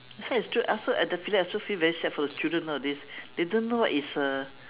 actually it's true I also at the feeling I also feel very sad for the children nowadays they don't know what is uh